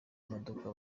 modoka